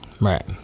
Right